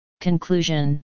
Conclusion